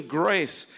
grace